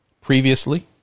previously